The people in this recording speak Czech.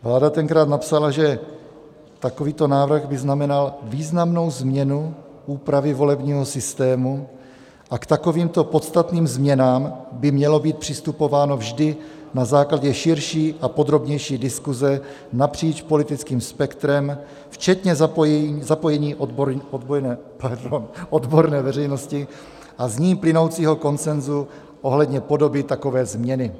Vláda tenkrát napsala, že takovýto návrh by znamenal významnou změnu úpravy volebního systému a k takovýmto podstatným změnám by mělo být přistupováno vždy na základě širší a podrobnější diskuze napříč politickým spektrem včetně zapojení odborné veřejnosti a z ní plynoucího konsenzu ohledně podoby takové změny.